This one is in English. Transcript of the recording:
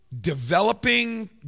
developing